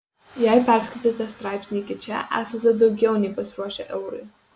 jei perskaitėte straipsnį iki čia esate daugiau nei pasiruošę eurui